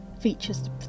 features